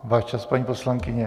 Váš čas, paní poslankyně.